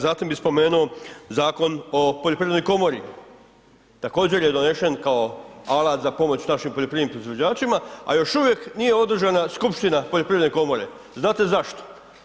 Zatim bi spomenuo Zakon o Poljoprivrednoj komori, također je donešen kao alat za pomoć našim poljoprivrednim proizvođačima, a još uvijek nije održava skupština Poljoprivredne komore, znate zašto?